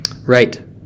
Right